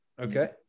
Okay